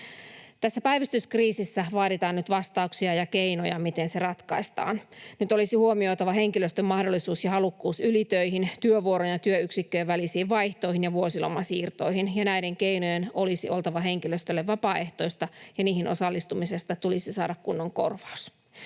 Tässä päivystyskriisissä vaaditaan nyt vastauksia ja keinoja, miten se ratkaistaan. Nyt olisi huomioitava henkilöstön mahdollisuus ja halukkuus ylitöihin, työvuorojen ja työyksikköjen välisiin vaihtoihin ja vuosilomasiirtoihin, ja näiden keinojen olisi oltava henkilöstölle vapaaehtoista, ja niihin osallistumisesta tulisi saada kunnon korvaus.